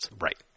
Right